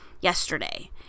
yesterday